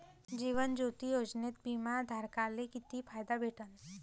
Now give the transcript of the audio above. जीवन ज्योती योजनेत बिमा धारकाले किती फायदा भेटन?